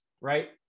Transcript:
right